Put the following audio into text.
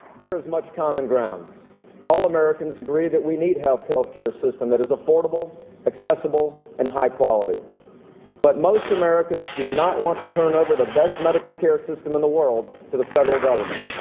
there's much common ground all americans agree that we need help health care system it is a portable accessible and high quality but most americans do not want to turn over the best medical care system in the world to the federal government